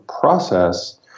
process